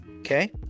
okay